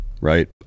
right